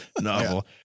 novel